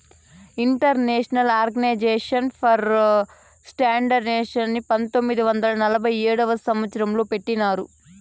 international organisation for స్టాండర్డయిజేషన్ని పంతొమ్మిది వందల నలభై ఏడవ సంవచ్చరం లో పెట్టినారు